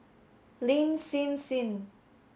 Lin Hsin Hsin